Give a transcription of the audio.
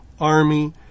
army